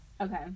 Okay